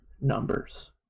numbers